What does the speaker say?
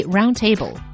Roundtable